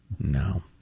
no